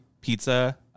pizza